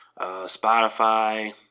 Spotify